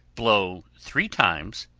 blow three times,